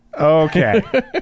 Okay